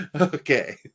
Okay